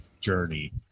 journey